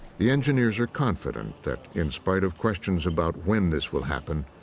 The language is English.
the engineers are confident that, in spite of questions about when this will happen,